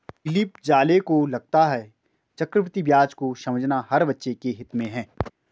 Cliff Zale को लगता है चक्रवृद्धि ब्याज को समझना हर बच्चे के हित में है